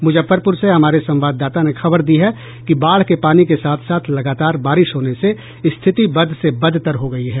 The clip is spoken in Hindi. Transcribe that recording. मुजफ्फरपुर से हमारे संवाददाता ने खबर दी है कि बाढ़ के पानी के साथ साथ लगातार बारिश होने से स्थिति बद से बदतर हो गयी है